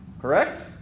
Correct